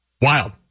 Wild